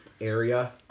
area